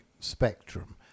spectrum